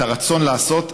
את הרצון לעשות,